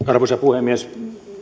arvoisa puhemies